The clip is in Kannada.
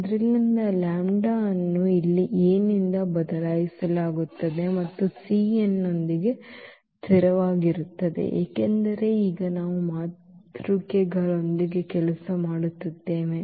ಆದ್ದರಿಂದ λ ಅನ್ನು ಇಲ್ಲಿ ಈ A ನಿಂದ ಬದಲಾಯಿಸಲಾಗುತ್ತದೆ ಮತ್ತು c n ನೊಂದಿಗೆ ಸ್ಥಿರವಾಗಿರುತ್ತದೆ ಏಕೆಂದರೆ ಈಗ ನಾವು ಮಾತೃಕೆಗಳೊಂದಿಗೆ ಕೆಲಸ ಮಾಡುತ್ತಿದ್ದೇವೆ